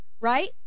Right